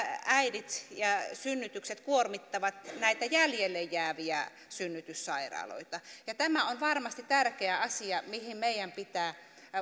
äidit ja synnytykset kuormittavat näitä jäljelle jääviä synnytyssairaaloita tämä on varmasti tärkeä asia mihin meidän pitää